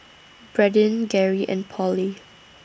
Bradyn Gary and Polly